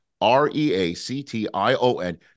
R-E-A-C-T-I-O-N